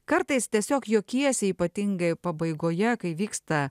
kartais tiesiog juokiesi ypatingai pabaigoje kai vyksta